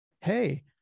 hey